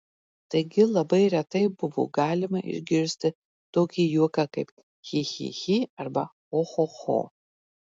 taigi labai retai buvo galima išgirsti tokį juoką kaip chi chi chi arba cho cho cho